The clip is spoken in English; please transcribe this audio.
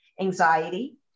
anxiety